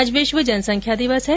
आज विश्व जनसंख्या दिवस है